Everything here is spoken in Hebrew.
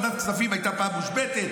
ועדת כספים הייתה פעם מושבתת?